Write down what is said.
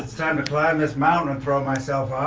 time to climb this mountain and throw myself